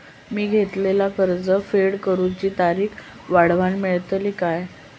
मी घेतलाला कर्ज फेड करूची तारिक वाढवन मेलतली काय?